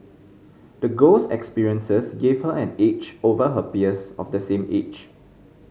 the girl's experiences gave her an edge over her peers of the same age